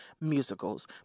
musicals